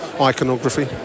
Iconography